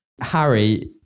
Harry